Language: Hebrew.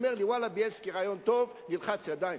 אומר לי: ואללה, בילסקי, רעיון טוב, נלחץ ידיים.